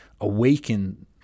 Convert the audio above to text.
awaken